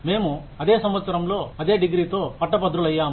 మేము అదే సంవత్సరంలో అదే డిగ్రీతో పట్టభద్రులయ్యాము